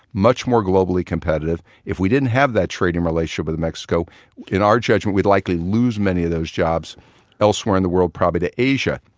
much more globally competitive. if we didn't have that trading relationship with mexico in our judgment, we'd likely lose many of those jobs elsewhere in the world, probably to asia.